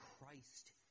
Christ